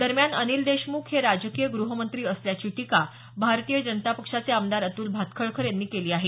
दरम्यान अनिल देशमुख हे राजकीय गृहमंत्री असल्याची टीका भारतीय जनता पक्षाचे आमदार अतुल भातखळकर यांनी केली आहे